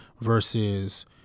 versus